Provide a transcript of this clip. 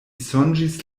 sonĝis